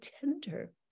tender